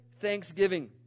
thanksgiving